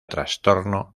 trastorno